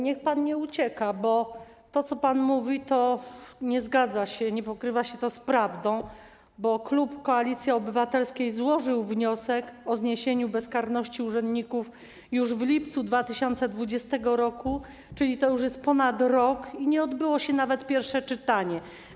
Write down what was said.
Niech pan nie ucieka, bo to, co pan mówi, nie zgadza się, nie pokrywa się to z prawdą, bo klub Koalicji Obywatelskiej złożył projekt ustawy o zniesieniu bezkarności urzędników już w lipcu 2020 r., czyli już ponad rok temu, i nie odbyło się nawet pierwsze czytanie.